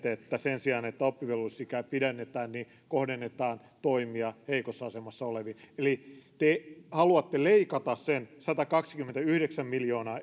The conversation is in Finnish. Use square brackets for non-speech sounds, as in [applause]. [unintelligible] että sen sijaan että oppivelvollisuusikää pidennetään niin kohdennetaan toimia heikossa asemassa oleviin eli te haluatte leikata sen satakaksikymmentäyhdeksän miljoonaa [unintelligible]